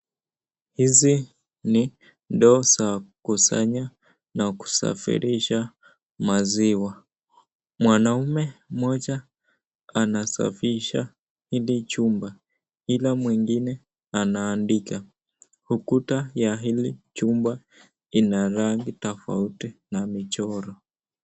Hizi ni ndoo za kusanya na kusafirisha maziwa, mwanaume mmoja anasafisha hili chumba ila mwengine anaandika, ukuta wa hili chumba ina rangi tofauti na michoro.